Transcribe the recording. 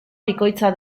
bikoitza